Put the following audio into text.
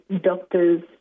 doctors